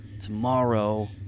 tomorrow